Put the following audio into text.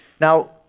Now